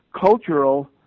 cultural